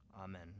Amen